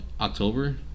October